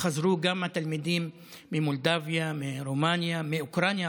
חזרו גם התלמידים ממולדובה, מרומניה, מאוקראינה.